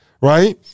Right